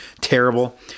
terrible